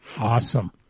Awesome